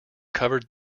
covered